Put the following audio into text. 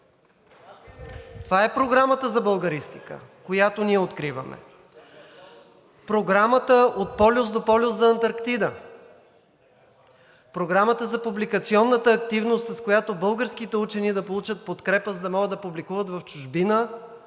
Това е Програмата за Българистика, която ние откриваме! Програмата „От полюс до полюс за Антарктида“, Програмата за публикационната активност, с която българските учени да получат подкрепа, за да могат да публикуват в чужбина